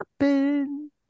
happen